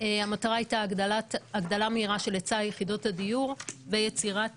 הייתה הגדלה מהירה של היצע יחידות הדיור ויצירת